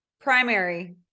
primary